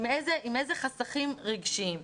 עם איזה חסכים רגשיים.